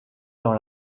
dans